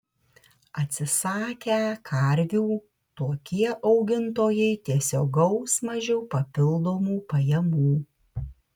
atsisakę karvių tokie augintojai tiesiog gaus mažiau papildomų pajamų